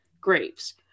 graves